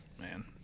man